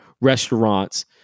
restaurants